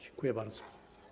Dziękuję bardzo.